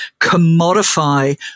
commodify